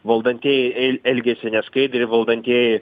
valdantieji ei elgiasi neskaidriai valdantieji